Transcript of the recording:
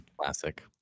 Classic